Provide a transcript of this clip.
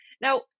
now